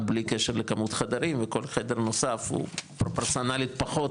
בלי קשר לכמות חדרים וכל חדר נוסף הוא פרופורציונלית פחות